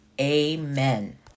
Amen